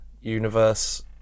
universe